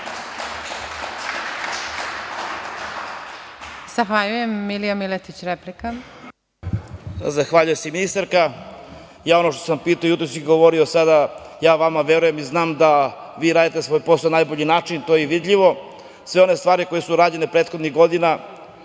Zahvaljujem. **Milija Miletić** Replika. Zahvaljujem se, ministarka. Ono što sam pitao jutros, i govorio sada, ja vama verujem i znam da vi radite svoj posao na najbolji način, to je vidljivo. Sve one stvari koje su rađene prethodnih godina,